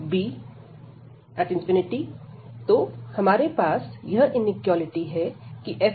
तो हमारे पास यह इनिक्वालिटी है की fx≥0